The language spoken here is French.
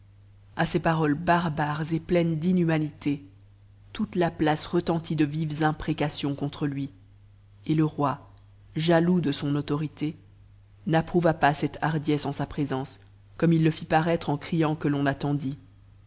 a ces paroles barbares et pleines d'inhumanité toute la place retentit de vives imprécations outre lui et le roi jaloux de son autorité n'approuva pas cette hardiesse en sa présence comme il le fit paraître en criant que l'on attendît